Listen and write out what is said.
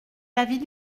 l’avis